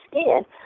skin